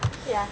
ya